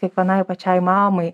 kiekvienai pačiai mamai